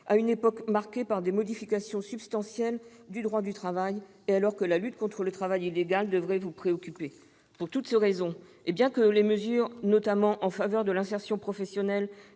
à une époque marquée par des modifications substantielles du droit du travail et alors que la lutte contre le travail illégal devrait vous préoccuper. Pour toutes ces raisons, et bien que les mesures en faveur de l'insertion professionnelle